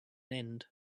end